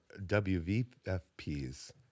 WVFP's